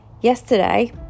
Yesterday